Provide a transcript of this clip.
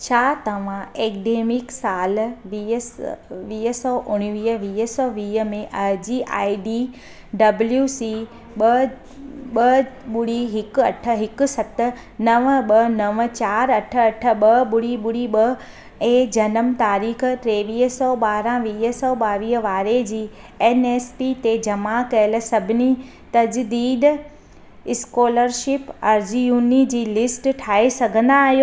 छा तव्हां ऐकडेमिक सालु वीह स वीह सौ उणिवीह वीह सौ वीह में अर्ज़ी आईडी डब्लू सी ॿ ॿुड़ी हिकु अठ हिकु सत नव ॿ नव चारि अठ अठ ॿ ॿुड़ी ॿुड़ी ॿ ए जनमु तारीख़ टेवीह सौ ॿारहं वीह सौ ॿावीह वारे जी एनएसपी ते जमा कयल सभिनी तजदीद स्कोलरशिप अर्ज़ियुनि जी लिस्ट ठाहे सघंदा आहियो